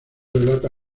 relata